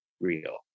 real